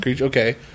Okay